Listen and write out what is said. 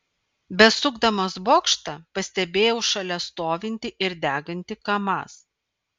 besukdamas bokštą pastebėjau šalia stovintį ir degantį kamaz